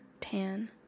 tan